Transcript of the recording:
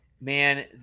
Man